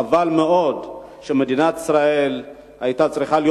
חבל מאוד שמדינת ישראל היתה צריכה להיות